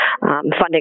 funding